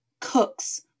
cooks